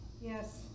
Yes